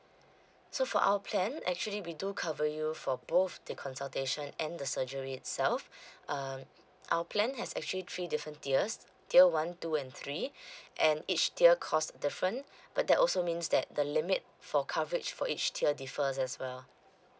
so for our plan actually we do cover you for both the consultation and the surgery itself um our plan has actually three different tiers tier one two and three and each tier cost different but that also means that the limit for coverage for each tier differs as well